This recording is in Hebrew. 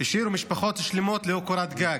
השאירו משפחות שלמות ללא קורת גג.